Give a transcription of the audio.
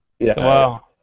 Wow